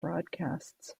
broadcasts